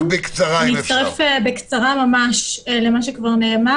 אני מצטרפת למה שכבר נאמר.